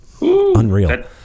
Unreal